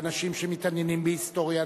אנשים שמתעניינים בהיסטוריה,